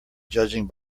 judging